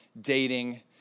dating